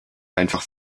einfach